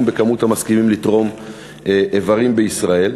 במספר המסכימים לתרום איברים בישראל,